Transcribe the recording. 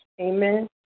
amen